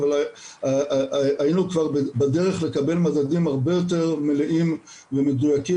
אבל היינו כבר בדרך לקבל מדדים הרבה יותר מלאים ומדויקים